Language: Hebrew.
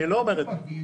אני לא אומר את זה.